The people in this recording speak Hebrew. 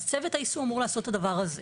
אז צוות היישום אמור לעשות את הדבר הזה,